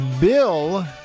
Bill